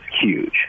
huge